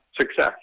Success